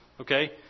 okay